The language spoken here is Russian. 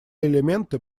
элементы